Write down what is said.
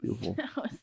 beautiful